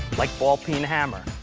like ball-peen hammer.